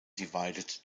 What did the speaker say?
divided